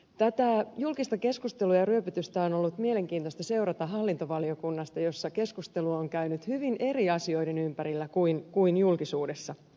tätä julkista keskustelua ja ryöpytystä on ollut mielenkiintoista seurata hallintovaliokunnasta jossa keskustelu on käynyt hyvin eri asioiden ympärillä kuin julkisuudessa